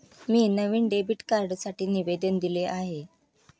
मी नवीन डेबिट कार्डसाठी निवेदन दिले आहे